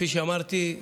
כפי שאמרתי,